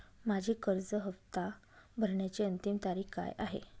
माझी कर्ज हफ्ता भरण्याची अंतिम तारीख काय आहे?